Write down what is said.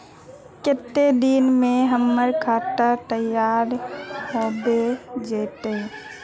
केते दिन में हमर खाता तैयार होबे जते?